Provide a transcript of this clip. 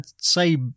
say